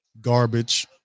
Garbage